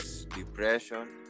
depression